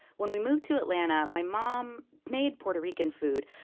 when we moved to atlanta, my mom made puerto rican food.